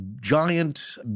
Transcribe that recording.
giant